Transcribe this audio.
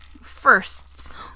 firsts